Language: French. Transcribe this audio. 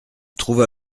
trouva